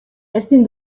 ezin